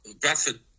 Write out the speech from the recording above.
Bradford